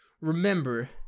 Remember